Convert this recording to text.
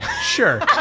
Sure